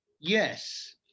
yes